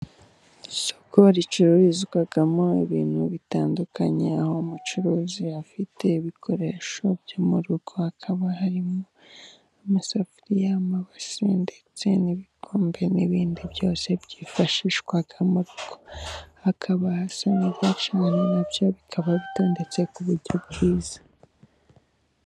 Isoko ricururizwagamo ibintu bitandukanye. Aho umucuruzi afite ibikoresho byo mu rugo ; hakaba harimo amasafuriya, amabasi ndetse n'ibikombe n'ibindi byose byifashishwa mu rugo. Hakaba hasa n'aho ari byinshi ,nabyo bikaba bitondetse ku buryo bwiza.